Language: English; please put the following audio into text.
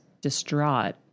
distraught